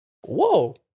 Whoa